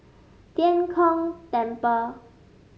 Tian Kong Temple